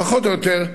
פחות או יותר,